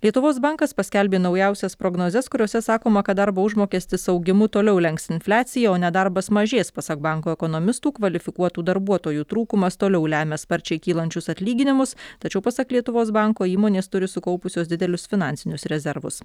lietuvos bankas paskelbė naujausias prognozes kuriose sakoma kad darbo užmokestis augimu toliau lenks infliaciją o nedarbas mažės pasak banko ekonomistų kvalifikuotų darbuotojų trūkumas toliau lemia sparčiai kylančius atlyginimus tačiau pasak lietuvos banko įmonės turi sukaupusios didelius finansinius rezervus